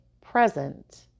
present